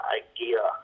idea